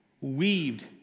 weaved